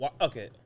Okay